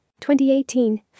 2018